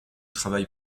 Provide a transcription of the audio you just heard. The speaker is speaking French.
travail